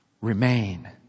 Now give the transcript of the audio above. remain